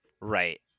right